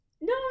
No